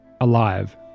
alive